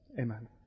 amen